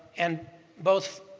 and both